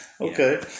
Okay